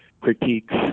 critiques